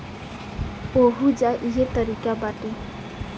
ओहुजा इहे तारिका बाटे